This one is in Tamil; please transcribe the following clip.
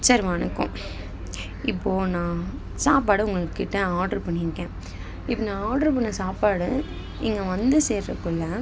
சார் வணக்கம் இப்போது நான் சாப்பாடு உங்கள் கிட்ட ஆர்ட்ரு பண்ணிருக்கேன் இப்போ நான் ஆர்ட்ரு பண்ண சாப்பாடு இங்கே வந்து சேர்கிறதுக்குள்ள